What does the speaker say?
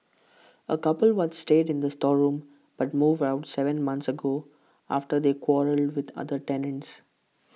A couple once stayed in the storeroom but moved out Seven months ago after they quarrelled with other tenants